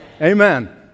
Amen